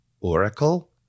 Oracle